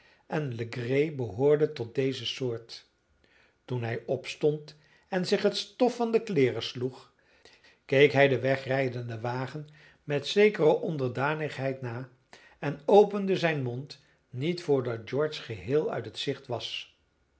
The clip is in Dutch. en legree behoorde tot deze soort toen hij opstond en zich het stof van de kleeren sloeg keek hij den wegrijdenden wagen met zekere onderdanigheid na en opende zijn mond niet vrdat george geheel uit het gezicht was